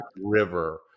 River